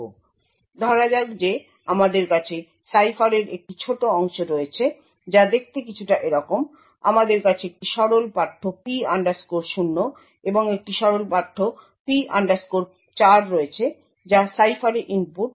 তাই ধরা যাক যে আমাদের কাছে সাইফারের একটি ছোট অংশ রয়েছে যা দেখতে কিছুটা এরকম আমাদের কাছে একটি সরল পাঠ্য P 0 এবং একটি সরল পাঠ্য P 4 রয়েছে যা সাইফারে ইনপুট